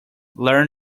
learn